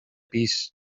pis